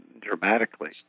dramatically